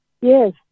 Yes